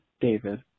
David